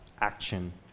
action